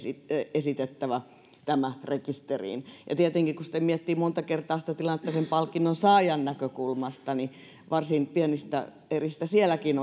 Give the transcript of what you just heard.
esitettävä tämä rekisteriin ja tietenkin kun sitten miettii monta kertaa sitä tilannetta sen palkinnon saajan näkökulmasta niin varsin pienistä eristä sielläkin